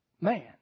man